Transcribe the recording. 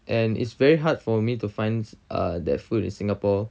and it's very hard for me to find uh that food in singapore